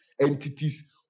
entities